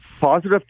positive